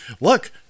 Look